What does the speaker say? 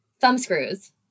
Thumbscrews